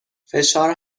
فشار